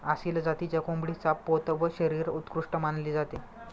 आसिल जातीच्या कोंबडीचा पोत व शरीर उत्कृष्ट मानले जाते